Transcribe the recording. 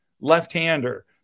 left-hander